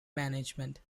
management